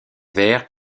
verres